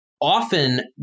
often